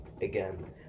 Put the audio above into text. again